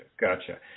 gotcha